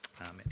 Amen